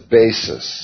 basis